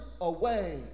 away